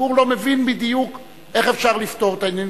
הציבור לא מבין בדיוק איך אפשר לפתור את העניינים,